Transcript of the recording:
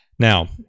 Now